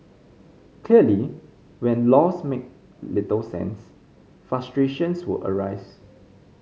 clearly when laws make little sense frustrations will arise